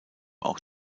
auch